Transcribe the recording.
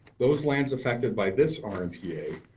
those lands affected by this ah rmpa,